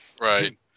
Right